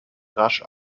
rasch